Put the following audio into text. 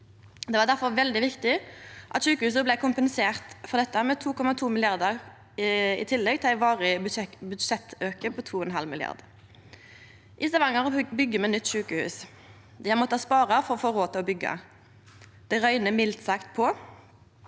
Det var difor veldig viktig at sjukehusa blei kompenserte for dette med 2,2 mrd. kr, i tillegg til ein varig budsjettauke på 2,5 mrd. kr. I Stavanger byggjer me nytt sjukehus. Dei har måtta spare for å få råd til å byggje. Det røyner mildt sagt på.